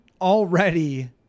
already